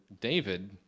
David